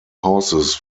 houses